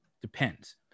depends